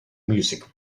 music